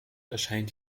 erscheint